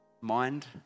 mind